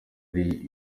birinda